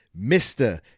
Mr